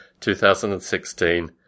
2016